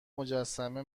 مجسمه